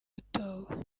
atowe